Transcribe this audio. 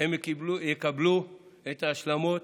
הם יקבלו את ההשלמות,